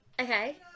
okay